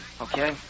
Okay